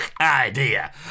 idea